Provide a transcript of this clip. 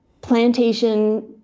plantation